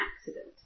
accident